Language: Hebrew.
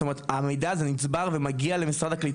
זאת אומרת המידע הזה נצבר ומגיע למשרד הקליטה?